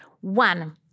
One